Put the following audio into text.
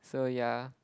so ya